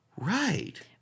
Right